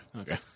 Okay